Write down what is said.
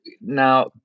Now